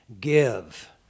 Give